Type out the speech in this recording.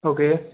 okay